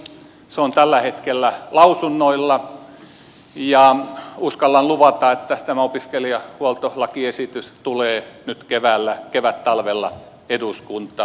se on tällä hetkellä lausunnoilla ja uskallan luvata että tämä opiskelijahuoltolakiesitys tulee nyt keväällä kevättalvella eduskuntaan